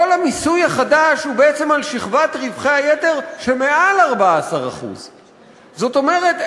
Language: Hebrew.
כל המיסוי החדש הוא בעצם על שכבת רווחי היתר שמעל 14%. זאת אומרת,